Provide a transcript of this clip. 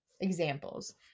examples